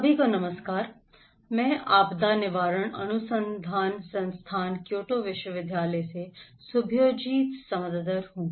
सभी को नमस्कार मैं आपदा निवारण अनुसंधान संस्थान क्योटो विश्वविद्यालय से सुभाज्योति समदर हूं